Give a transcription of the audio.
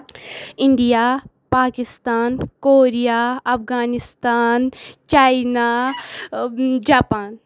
India Pakistan Korea Afghanistan China Japan